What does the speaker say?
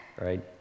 right